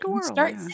start